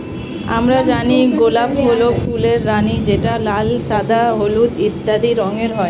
আমরা জানি গোলাপ হল ফুলের রানী যেটা লাল, সাদা, হলুদ ইত্যাদি রঙের হয়